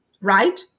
right